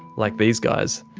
like these guys,